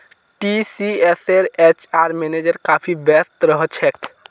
टीसीएसेर HR manager काफी व्यस्त रह छेक